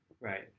Right